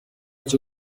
cyo